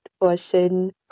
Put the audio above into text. person